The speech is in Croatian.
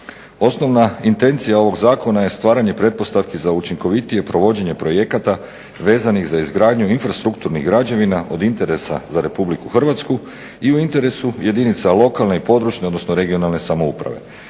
Osnovna intencija ovog Zakona je stvaranje pretpostavki za učinkovitije provođenje projekata vezanih za izgradnju infrastrukturnih građevina od interesa za Republiku Hrvatsku i u interesu jedinica lokalne i područne, odnosno regionalne samouprave